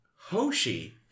Hoshi